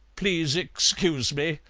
please excuse me,